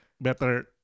better